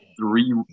three